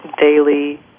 daily